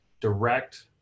direct